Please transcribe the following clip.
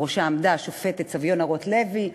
ובראשה עמדה השופטת סביונה רוטלוי.